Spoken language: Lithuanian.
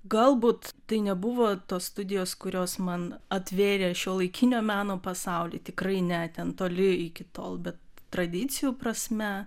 galbūt tai nebuvo tos studijos kurios man atvėrė šiuolaikinio meno pasaulį tikrai ne ten toli iki tol bet tradicijų prasme